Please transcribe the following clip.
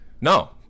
No